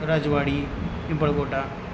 राजवाडी हिबळगोटा